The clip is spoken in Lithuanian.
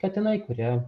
katinai kurie